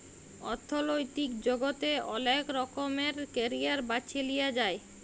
অথ্থলৈতিক জগতে অলেক রকমের ক্যারিয়ার বাছে লিঁয়া যায়